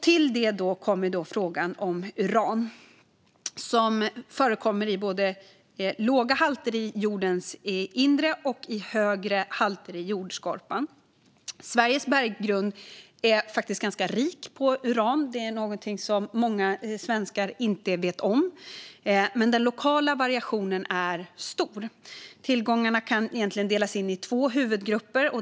Till detta kommer frågan om uran, som förekommer både i låga halter i jordens inre och i högre halter i jordskorpan. Sveriges berggrund är faktiskt ganska rik på uran, vilket många svenskar inte vet om, men den lokala variationen är stor. Tillgångarna kan egentligen delas in i två huvudgrupper.